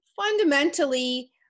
Fundamentally